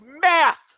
math